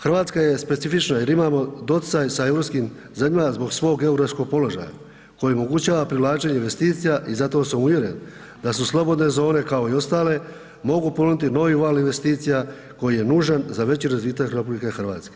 Hrvatska je specifična jer imamo doticaj sa europskim zemljama zbog svog geografskog položaja koji omogućava privlačenje investicija i zato sam uvjeren da su slobodne zone kao i ostale, mogu ponuditi nov val investicija koji je nužan za veći razvitak RH.